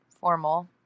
formal